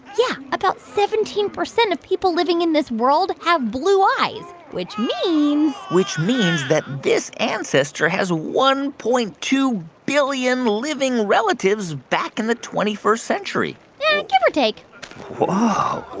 yeah. about seventeen percent of people living in this world have blue eyes, which means. which means that this ancestor has one point two billion living relatives back in the twenty first century yeah, give or take whoa